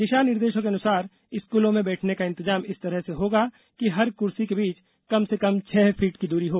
दिशा निर्देशों के अनुसार स्कूलों में बैठने का इंतजाम इस तरह से होगा कि हर कुर्सी के बीच कम से कम छह फुट की दूरी हो